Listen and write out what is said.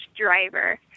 driver